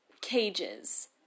cages